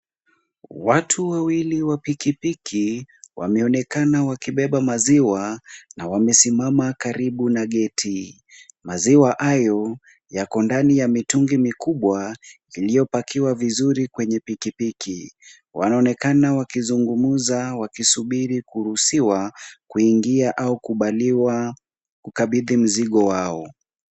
Watu wawili wa pikipiki wameonekana wakibeba maziwa na wamesimama karibu na geti. Maziwa hayo yako ndani ya mitungi mikubwa ziliopakiwa vizuri kwenye pikipiki. Wanaonekana wakizungumza wakisubiri kuruhusiwa kuingia au kukubaliwa kukabidhi mzigo wao.